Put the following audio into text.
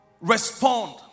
respond